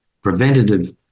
preventative